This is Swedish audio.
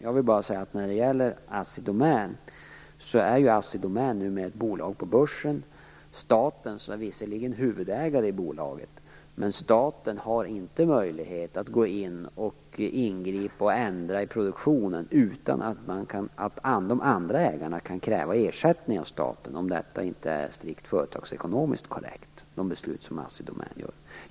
Assi Domän är numera ett bolag på Börsen. Visserligen är staten huvudägare i bolaget, men staten har inte möjlighet att ingripa och ändra i produktionen utan att de andra ägarna kan kräva ersättning av staten om Assi Domäns beslut strikt företagsekonomiskt inte är korrekta.